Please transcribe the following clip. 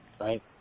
right